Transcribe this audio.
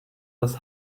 das